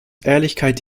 ehrlichkeit